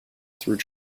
through